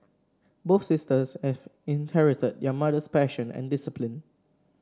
both sisters have inherited their mother's passion and discipline